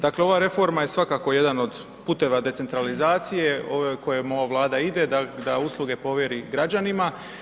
Dakle, ova reforma je svakako jedan od puteva decentralizacije kojom ova Vlada ide da usluge povjeri građanima.